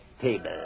table